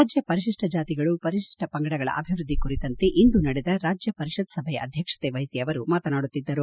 ರಾಜ್ಯ ಪರಿಶಿಷ್ಟ ಜಾತಿಗಳು ಪರಿಶಿಷ್ಟ ಪಂಗಡಗಳ ಅಭಿವ್ಯದ್ದಿ ಕುರಿತಂತೆ ಇಂದು ನಡೆದ ರಾಜ್ಯ ಪರಿಷತ್ ಸಭೆಯ ಅಧ್ಯಕ್ಷತೆ ವಹಿಸಿ ಅವರು ಮಾತನಾಡುತ್ತಿದ್ದರು